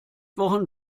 wochen